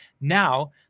Now